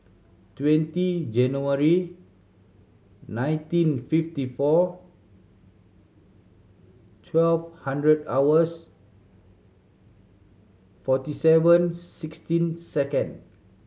twenty January nineteen fifty four twelve hundred hours forty seven sixteen second